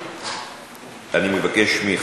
אני מנסה לענות.